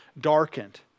darkened